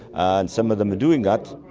and some of them are doing that,